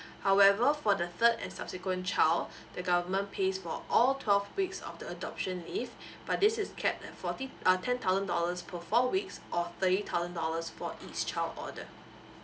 however for the third and subsequent child the government pays for all twelve weeks of the adoption leave but this is cap at forty uh ten thousand dollars per four weeks or thirty thousand dollars for each child order